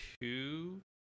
two